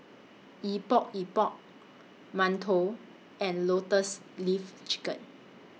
Epok Epok mantou and Lotus Leaf Chicken